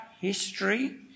history